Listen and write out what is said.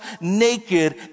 naked